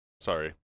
Sorry